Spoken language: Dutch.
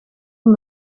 van